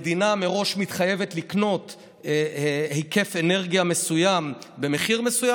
שהמדינה מראש מתחייבת לקנות אנרגיה בהיקף מסוים ובמחיר מסוים?